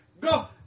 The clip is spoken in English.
Go